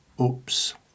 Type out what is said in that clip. Oops